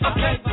Okay